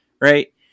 Right